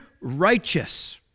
righteous